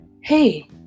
hey